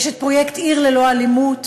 יש הפרויקט "עיר ללא אלימות",